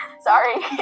Sorry